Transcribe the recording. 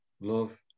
love